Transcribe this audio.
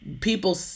people